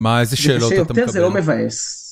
מה, איזה שאלות אתה מקבל?